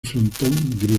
frontón